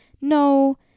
no